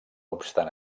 obstant